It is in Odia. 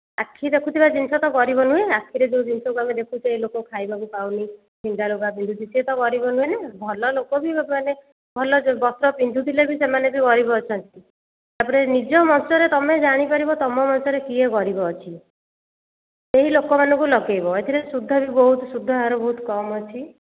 ଆଖି ଦେଖୁଥିବା ଜିନିଷ ତ ଗରିବ ନୁହେଁ ଆଖିରେ ଯେଉଁ ଜିନିଷକୁ ଆମେ ଦେଖୁଛେ ଏହି ଲୋକ ଖାଇବାକୁ ପାଉନି ଛିଣ୍ଡା ଲୁଗା ପିନ୍ଧୁଛି ସେ ତ ଗରିବ ନୁହେଁ ନା ଭଲ ଲୋକ ବି ମାନେ ଭଲ ବସ୍ତ୍ର ପିନ୍ଧୁଥିଲେ ବି ସେମାନେ ବି ଗରିବ ଅଛନ୍ତି ତା'ପରେ ନିଜ ମଞ୍ଚରେ ତୁମେ ଜାଣିପାରିବ ତୁମ ମଞ୍ଚରେ କିଏ ଗରିବ ଅଛି ସେହି ଲୋକମାନଙ୍କୁ ଲଗାଇବ ଏଥିରେ ସୁଧ ବି ବହୁତ ସୁଧହାର ବହୁତ କମ୍ ଅଛି